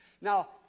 Now